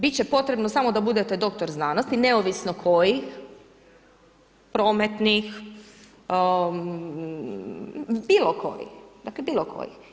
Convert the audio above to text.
Bit će potrebno samo da budete doktor znanosti, neovisno kojih, prometnih, bilo kojih, dakle bilo kojih.